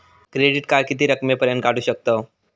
Credit card किती रकमेपर्यंत काढू शकतव?